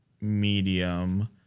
medium